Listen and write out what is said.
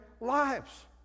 lives